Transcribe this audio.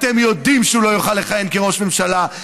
אתם יודעים שהוא לא יוכל לכהן כראש ממשלה.